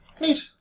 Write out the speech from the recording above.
Neat